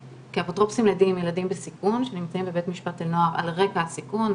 כאפוטרופוסים ילדים בסיכון שנמצאים בבית משפט לנוער על רקע הסיכון,